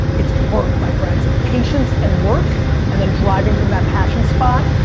it's work my friends. patience and work and then driving from that passion spot,